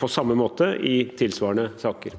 på samme måte i tilsvarende saker.